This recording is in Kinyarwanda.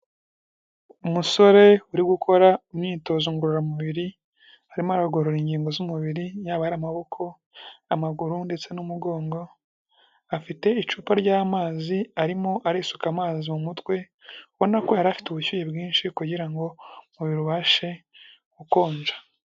Umusore uri gukora imyitozo ngororamubiri, arimo aragorora ingingo z'umubiri, yaba ari amaboko, amaguru ndetse n'umugongo, afite icupa ry'amazi, arimo arisuka amazi mu mutwe, ubonanako yari afite ubushyuhe bwinshi, kugira ngo umubiri ubashe gukonja.